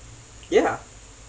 ya